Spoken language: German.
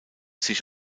sich